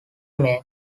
men